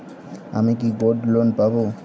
আমি কি gold loan পাবো?